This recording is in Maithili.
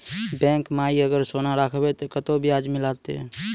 बैंक माई अगर सोना राखबै ते कतो ब्याज मिलाते?